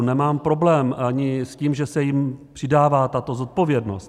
Nemám problém ani s tím, že se jim přidává tato zodpovědnost.